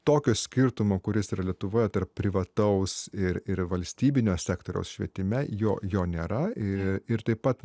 tokio skirtumo kuris yra lietuvoje tarp privataus ir ir valstybinio sektoriaus švietime jo jo nėra ir ir taip pat